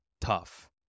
tough